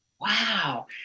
wow